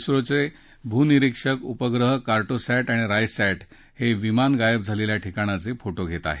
झोचे भूनिरिक्षक उपग्रह कार्टोसॅट आणि रायसॅट हे विमान गायब झालेल्या ठिकाणाचे फोटो घेत आहेत